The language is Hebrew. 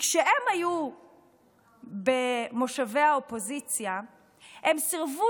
כשהם היו במושבי האופוזיציה הם סירבו